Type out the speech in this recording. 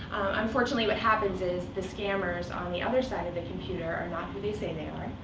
unfortunately, what happens is, the scammers on the other side of the computer are not who they say they are,